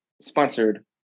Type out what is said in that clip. sponsored